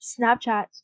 Snapchat